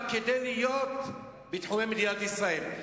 רק כדי להיות בתחומי מדינת ישראל.